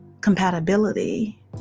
compatibility